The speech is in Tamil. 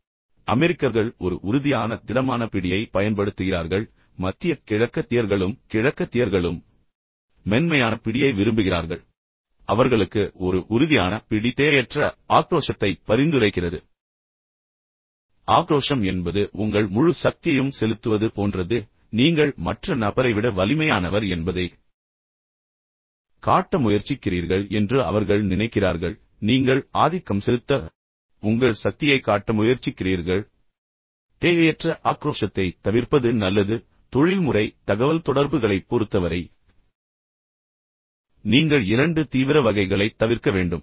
உதாரணமாக அமெரிக்கர்கள் ஒரு உறுதியான திடமான பிடியைப் பயன்படுத்துகிறார்கள் மத்திய கிழக்கத்தியர்களும் கிழக்கத்தியர்களும் மென்மையான பிடியை விரும்புகிறார்கள் அவர்களுக்கு ஒரு உறுதியான பிடி தேவையற்ற ஆக்ரோஷத்தை பரிந்துரைக்கிறது ஆக்ரோஷம் என்பது உங்கள் முழு சக்தியையும் செலுத்துவது போன்றது பின்னர் நீங்கள் மற்ற நபரை விட வலிமையானவர் என்பதைக் காட்ட முயற்சிக்கிறீர்கள் என்று அவர்கள் நினைக்கிறார்கள் மாறாக நீங்கள் மிகவும் ஆதிக்கம் செலுத்த முயற்சிக்கிறீர்கள் எனவே நீங்கள் உங்கள் சக்தியைக் காட்ட முயற்சிக்கிறீர்கள் எனவே தேவையற்ற ஆக்ரோஷத்தைத் தவிர்ப்பது நல்லது ஆனால் தொழில்முறை தகவல்தொடர்புகளைப் பொறுத்தவரை நீங்கள் இரண்டு தீவிர வகைகளைத் தவிர்க்க வேண்டும்